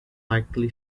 likely